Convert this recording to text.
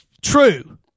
True